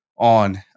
on